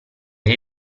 dei